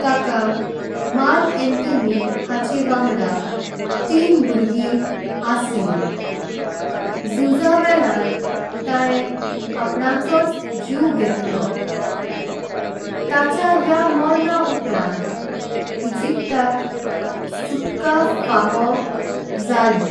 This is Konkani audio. ताका मार्क अँटोनी हाचे वागंदा तीन। भुर्गी असलिंत झुजा वेळार ताणे आपणाचोच। जीव घेतलो ताच्या हे मोरणा उपरांत इजिप्ताक। सुटका फाव जाली।